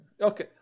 Okay